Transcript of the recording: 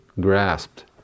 grasped